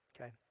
okay